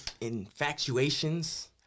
infatuations